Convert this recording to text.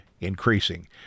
increasing